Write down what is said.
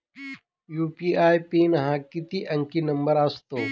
UPI PIN हा किती अंकी नंबर असतो?